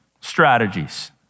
strategies